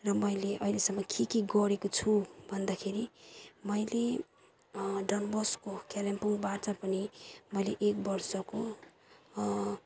र मैले अहिलेसम्म के के गरेको छु भन्दाखेरि मैले डन बस्को कालिम्पोङबाट पनि मैले एक वर्षको